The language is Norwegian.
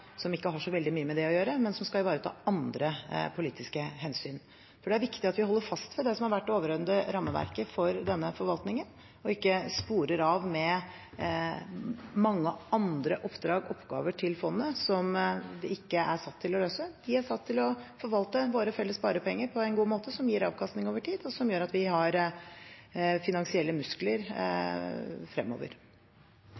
som ikke har så veldig mye med det å gjøre, men som skal ivareta andre politiske hensyn. Jeg tror det er viktig at vi holder fast ved det som har vært det overordnede rammeverket for denne forvaltningen, og ikke sporer av med mange andre oppdrag og oppgaver til fondet som det ikke er satt til å løse. Det er satt til å forvalte våre felles sparepenger på en god måte, som gir avkastning over tid, og som gjør at vi har finansielle muskler